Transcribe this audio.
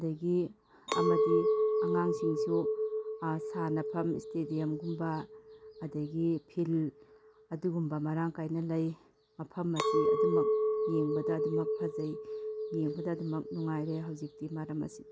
ꯑꯗꯒꯤ ꯑꯃꯗꯤ ꯑꯉꯥꯡꯁꯤꯡꯁꯨ ꯁꯥꯟꯅꯐꯝ ꯁ꯭ꯇꯦꯗꯤꯌꯝꯒꯨꯝꯕ ꯑꯗꯒꯤ ꯐꯤꯜ ꯑꯗꯨꯒꯨꯝꯕ ꯃꯔꯥꯡ ꯀꯥꯏꯅ ꯂꯩ ꯃꯐꯝ ꯑꯁꯤ ꯑꯗꯨꯝꯃꯛ ꯌꯦꯡꯕꯗ ꯑꯗꯨꯝꯃꯛ ꯐꯖꯩ ꯌꯦꯡꯕꯗ ꯑꯗꯨꯝꯃꯛ ꯅꯨꯡꯉꯥꯏꯔꯦ ꯍꯧꯖꯤꯛꯇꯤ ꯃꯔꯝ ꯑꯁꯤꯅ